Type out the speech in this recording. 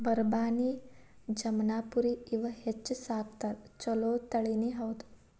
ಬರಬಾನಿ, ಜಮನಾಪುರಿ ಇವ ಹೆಚ್ಚ ಸಾಕತಾರ ಚುಲೊ ತಳಿನಿ ಹೌದ